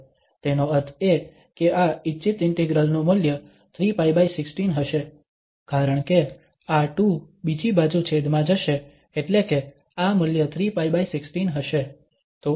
તેનો અર્થ એ કે આ ઇચ્છિત ઇન્ટિગ્રલ નું મૂલ્ય 3π16 હશે કારણ કે આ 2 બીજી બાજુ છેદમાં જશે એટલે કે આ મૂલ્ય 3π16 હશે